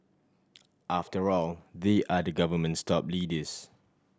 after all they are the government's top leaders